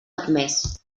admés